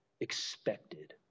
expected